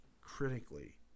critically